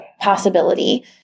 possibility